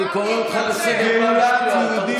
אני קורא אותך לסדר פעם שנייה מספיק.